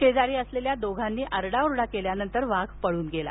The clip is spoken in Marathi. शेजारी असलेल्या दोघांनी आरडाओरड केल्याने वाघ पळून गेला